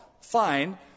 Fine